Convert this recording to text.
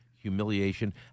humiliation